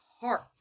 heart